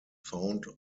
found